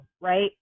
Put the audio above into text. Right